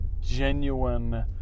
genuine